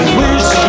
wish